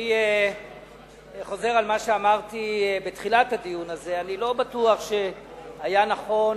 אני חוזר על מה שאמרתי בתחילת הדיון הזה: אני לא בטוח שהיה נכון,